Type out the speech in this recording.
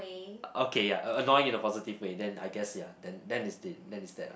okay ya annoying in a positive way then I guess ya then then is this then is that lah